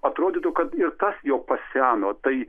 atrodytų kad ir tas jau paseno tai